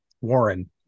warren